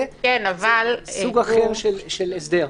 זה סוג אחר של הסדר.